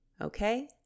okay